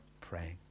praying